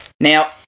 Now